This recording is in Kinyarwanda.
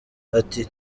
ati